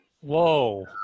Whoa